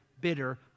bitter